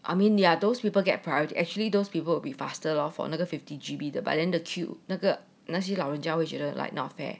I mean there are those people get prioity actually those people be faster lor for 那个 fifty G_B 的 but then the queue 那个那些老人家会觉得 like not fair